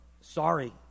sorry